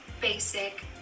basic